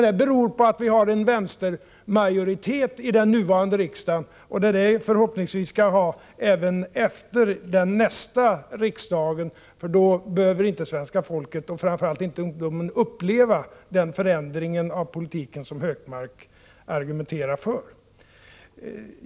Det beror på att vi har en vänstermajoritet i den nuvarande riksdagen, och det är det vi förhoppningsvis skall ha även efter valet. Då behöver inte svenska folket och framför allt inte ungdomen uppleva den förändring av politiken som Gunnar Hökmark argumenterar för.